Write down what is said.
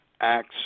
acts